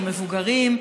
או מבוגרים,